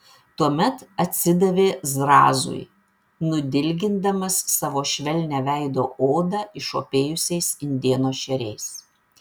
tuomet atsidavė zrazui nudilgindamas savo švelnią veido odą išopėjusiais indėno šeriais